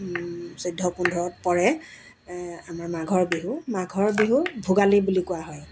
চৈধ্য পোন্ধৰত পৰে আমাৰ মাঘৰ বিহু মাঘৰ বিহু ভোগালী বুলি কোৱা হয়